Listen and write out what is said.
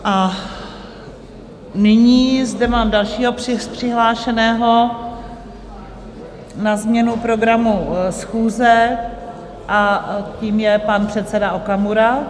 A nyní zde mám dalšího přihlášeného na změnu programu schůze, a tím je pan předseda Okamura.